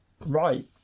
right